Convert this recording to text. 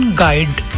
guide